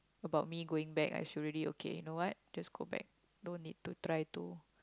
about me going back I should already okay you know what just go back no need to try to